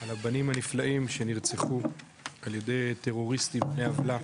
על הבנים הנפלאים שנרצחו על ידי טרוריסטים בני עוולה